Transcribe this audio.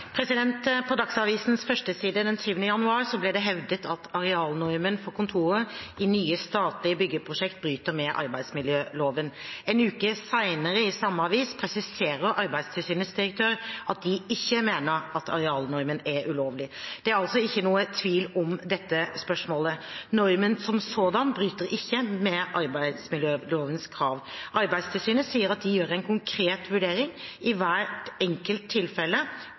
På Dagsavisens førsteside den 7. januar ble det hevdet at arealnormen for kontorer i nye statlige byggeprosjekter bryter med arbeidsmiljøloven. En uke senere i samme avis presiserer Arbeidstilsynets direktør at de ikke mener at arealnormen er ulovlig. Det er altså ikke noe tvil om dette spørsmålet. Normen som sådan bryter ikke med arbeidsmiljølovens krav. Arbeidstilsynet sier at de gjør en konkret vurdering i hvert enkelt tilfelle